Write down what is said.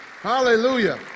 Hallelujah